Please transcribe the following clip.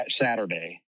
Saturday